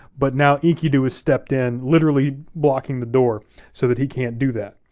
but now enkidu has stepped in, literally blocking the door so that he can't do that.